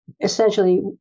essentially